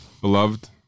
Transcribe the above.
beloved